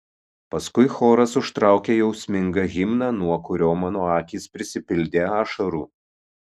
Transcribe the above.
paskui choras užtraukė jausmingą himną nuo kurio mano akys prisipildė ašarų